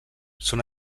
són